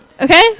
Okay